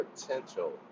potential